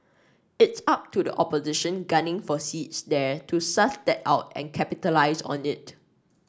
it's up to the opposition gunning for seats there to suss that out and capitalise on it